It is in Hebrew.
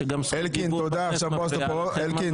שגם זכות דיבור בכנסת מפריעה לכם,